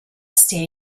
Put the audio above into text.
state